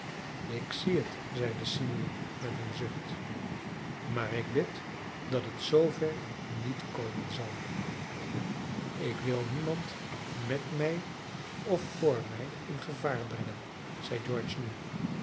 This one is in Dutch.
ik zie het zeide simeon met een zucht maar ik bid dat het zoover niet komen zal ik wil niemand met mij of voor mij in gevaar brengen zeide george nu